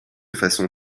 façon